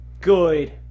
Good